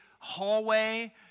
hallway